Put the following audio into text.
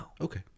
Okay